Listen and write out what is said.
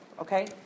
okay